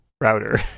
router